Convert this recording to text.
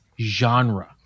genre